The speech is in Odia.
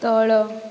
ତଳ